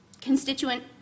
constituent